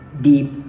deep